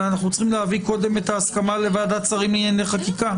אלא אנחנו צריכים להביא קודם את ההסכמה לוועדת השרים לענייני חקיקה.